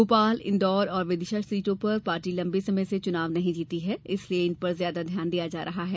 भोपाल इंदौर और विदिशा सीटों पर पार्टी लंबे समय से चुनाव नहीं जीती है इसलिए इन पर ज्यादा ध्यान दिया जा रहा है